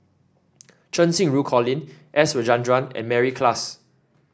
Cheng Xinru Colin S Rajendran and Mary Klass